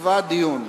נקבע דיון.